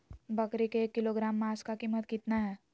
बकरी के एक किलोग्राम मांस का कीमत कितना है?